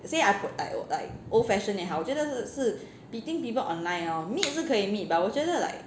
say I like like old fashioned 也好我觉得是 meeting people online hor meet 是可以 meet but 我觉得 like